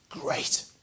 great